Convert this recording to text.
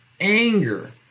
anger